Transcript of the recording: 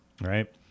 Right